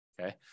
Okay